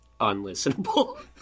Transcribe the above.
unlistenable